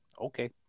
okay